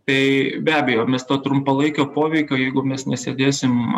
tai be abejo mes to trumpalaikio poveikio jeigu mes nesėdėsim